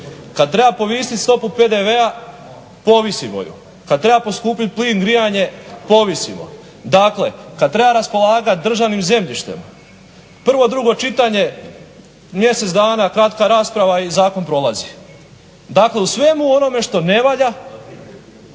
Kad treba povisiti stopu PDV-a povisimo ju, kad treba poskupiti plin, grijanje, povisimo. Dakle kad treba raspolagati državnim zemljištem, prvo drugo čitanje, mjesec dana, kratka rasprava i zakon prolazi. Dakle u svemu onome što ne valja